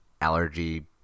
allergy